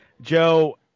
Joe